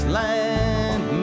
land